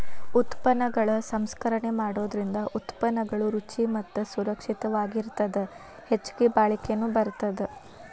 ಉತ್ಪನ್ನಗಳ ಸಂಸ್ಕರಣೆ ಮಾಡೋದರಿಂದ ಉತ್ಪನ್ನಗಳು ರುಚಿ ಮತ್ತ ಸುರಕ್ಷಿತವಾಗಿರತ್ತದ ಹೆಚ್ಚಗಿ ಬಾಳಿಕೆನು ಬರತ್ತದ